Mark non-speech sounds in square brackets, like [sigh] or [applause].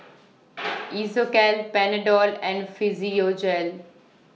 [noise] Isocal Panadol and Physiogel